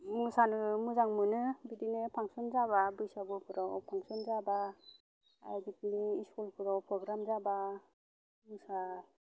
मोसानो मोजां मोनो बिदिनो फांसन जाबा बैसागुफ्राव फांसन जाबा आर बिदिनो इस्कुलफोराव प्रग्राम जाबा मोसानो